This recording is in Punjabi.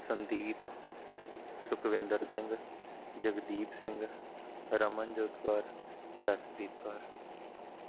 ਸੰਦੀਪ ਸੁਖਵਿੰਦਰ ਸਿੰਘ ਜਗਦੀਪ ਸਿੰਘ ਰਮਨਜੋਤ ਕੌਰ ਜਸਪ੍ਰੀਤ ਕੌਰ